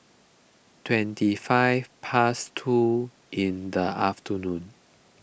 twenty five past two in the afternoon